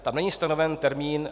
Tam není stanoven termín.